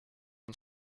une